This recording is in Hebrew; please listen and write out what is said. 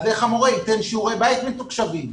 איך המורה ייתן שיעורי בית מתוקשבים?